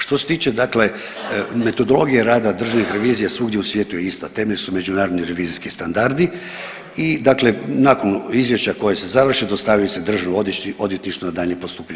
Što se tiče dakle metodologije rada državnih revizija svugdje u svijetu je ista, temelj su međunarodni revizijski standardi i dakle nakon izvješća koje se završi dostavljaju se državnom odvjetništvu na daljnje postupanje.